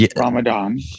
Ramadan